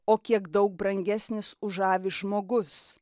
o kiek daug brangesnis už avį žmogus